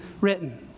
written